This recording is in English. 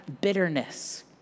bitterness